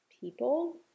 people